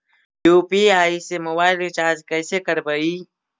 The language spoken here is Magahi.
यु.पी.आई से मोबाईल रिचार्ज कैसे करबइ?